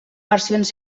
versions